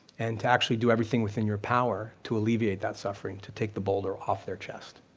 and to actually do everything within your power to alleviate that suffering, to take the boulder off their chest,